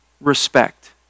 respect